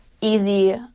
easy